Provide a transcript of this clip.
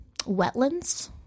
wetlands